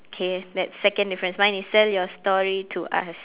K that's second difference mine is sell your story to us